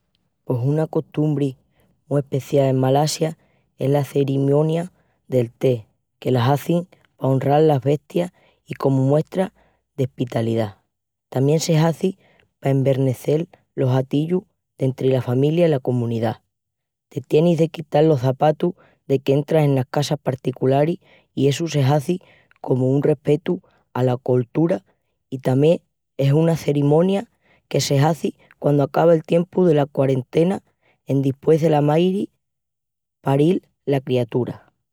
Pos una costumbri mu especial en Malasia es la cerimonia del té que la hazin pa onral las vesitas i comu muestra d'espitalidá. Tamién se hazi pa envernecel los atillus dentri la familia i la comunidá. Te tienis de quital los çapatos deque entras enas casas particularis i essu se hazi comu un respetu ala coltura i tamién es una cerimonia que se hazi quandu acaba el tiempu dela quarentena endispués dela mairi paril la criatura.